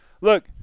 Look